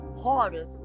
harder